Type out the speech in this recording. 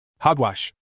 Hogwash